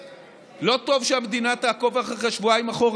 לא טוב שהמדינה תעקוב אחריך אחר כך שבועיים אחורה,